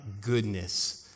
goodness